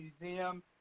Museum